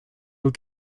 haut